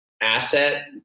asset